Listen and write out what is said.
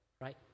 right